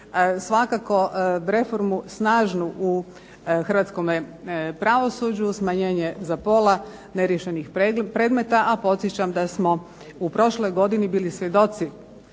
Svakako reformu snažnu u hrvatskome pravosuđu, smanjenje za pola neriješenih predmeta, a podsjećam da smo u prošloj godini bili svjedoci